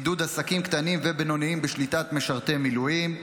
עידוד עסקים קטנים ובינוניים בשליטת משרתי מילואים).